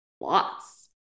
Lots